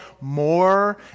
more